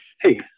Hey